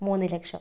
മൂന്ന് ലക്ഷം